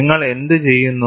നിങ്ങൾ എന്തു ചെയ്യുന്നു